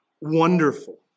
wonderful